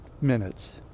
minutes